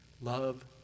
love